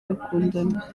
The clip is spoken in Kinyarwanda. bakundana